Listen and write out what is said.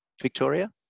Victoria